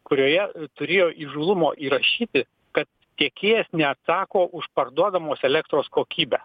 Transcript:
kurioje turėjo įžūlumo įrašyti kad tiekėjas neatsako už parduodamos elektros kokybę